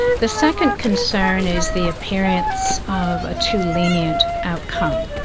the second concern is the appearance of a too lenient outcome.